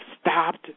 stopped